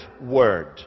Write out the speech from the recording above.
word